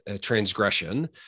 transgression